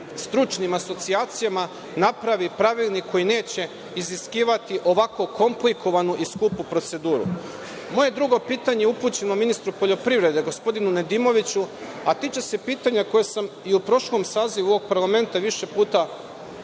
stručnim asocijacijama, napravi pravilnik koji neće iziskivati ovako komplikovanu i skupu proceduru. Moje drugo pitanje je upućeno ministru poljoprivrede, gospodinu Nedimoviću, a tiče se pitanja koje sam i u prošlom sazivu ovog parlamenta više puta